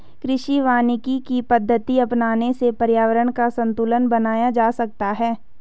कृषि वानिकी की पद्धति अपनाने से पर्यावरण का संतूलन बनाया जा सकता है